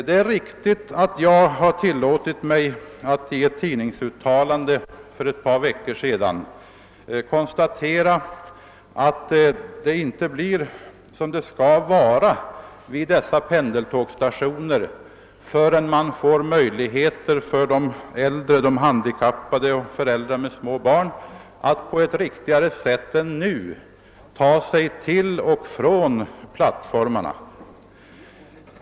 Det är riktigt att jag har tillåtit mig alt i ett tidningsuttalande för ett par veckor sedan konstatera att det inte blir som det borde vara vid dessa pendeltågsstationer förrän man ger möjligheter för de äldre, de handikappade och föräldrar med små barn att på ett bättre sätt än nu ta sig till och från plattformarna.